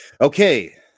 Okay